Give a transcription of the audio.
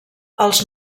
els